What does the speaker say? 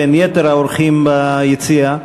בין יתר האורחים שביציע,